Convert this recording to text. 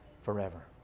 forever